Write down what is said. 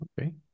Okay